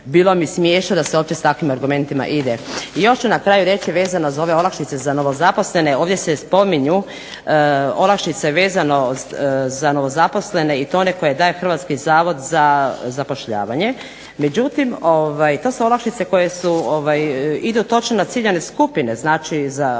bilo mi smiješno da se uopće s takvim argumentima ide. I još ću na kraju reći vezano za ove olakšice za novozaposlene, ovdje se spominju olakšice vezano za novozaposlene i to one koje daje Hrvatski zavod za zapošljavanje. Međutim, to su olakšice koje idu točno na ciljane skupine. Znači, za one koji